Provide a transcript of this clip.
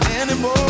anymore